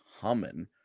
humming